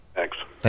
Thanks